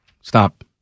Stop